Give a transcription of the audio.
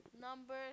Number